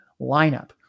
lineup